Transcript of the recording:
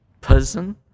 person